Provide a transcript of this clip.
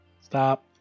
Stop